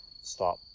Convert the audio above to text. stop